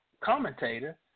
commentator